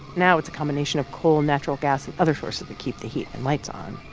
now it's a combination of coal, natural gas and other sources that keep the heat and lights on.